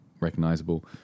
recognizable